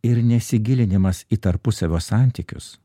ir nesigilinimas į tarpusavio santykius